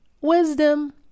wisdom